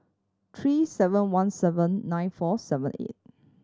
three seven one seven nine four seven eight